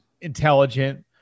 intelligent